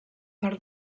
per